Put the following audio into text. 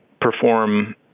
perform